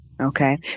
Okay